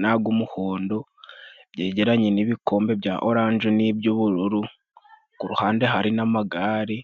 n'ag'umuhondo byegeranye n'ibikombe bya oranje n'iby'ubururu, ku ruhande hari n'amagare